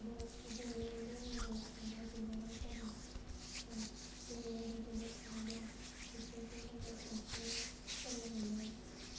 आरो जोंनि उन्दै उन्दै फंबाय बिनानावफोरा दैमायाव दुगैनो थाङोब्ला बिसोरखौ जोङो सानस्रिनो सोलोङोमोन